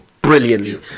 brilliantly